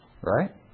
Right